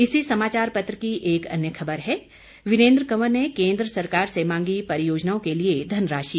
इसी समाचार पत्र की एक अन्य खबर है वीरेंद्र कंवर ने केंद्र सरकार से मांगी परियोजनाओं के लिए धनराशि